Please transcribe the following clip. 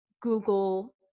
Google